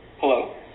Hello